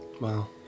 Wow